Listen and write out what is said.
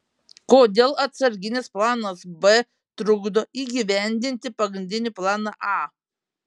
kodėl atsarginis planas b trukdo įgyvendinti pagrindinį planą a